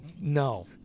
No